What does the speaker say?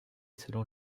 selon